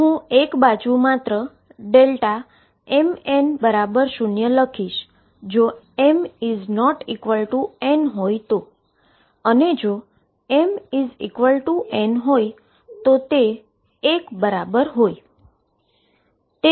તો હું એક બાજુ પર માત્ર mn0 લખીશ કે જો m≠n હોય તો અને જો mn હોય તો તે એક બરાબર હોય